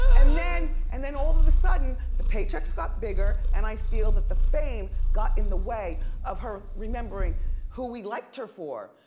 and and then all of the sudden, the paychecks got bigger and i feel that the fame got in the way of her remembering who we liked her for.